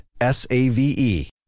S-A-V-E